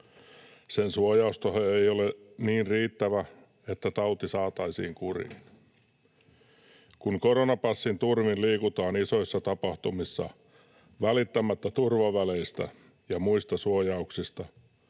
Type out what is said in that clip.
Sen suojausteho ei ole niin riittävä, että tauti saataisiin kuriin. Kun koronapassin turvin liikutaan isoissa tapahtumissa välittämättä turvaväleistä ja muista suojauksista